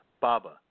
Baba